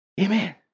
Amen